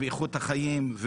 באיכות החיים,